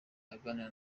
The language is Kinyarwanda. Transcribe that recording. aganira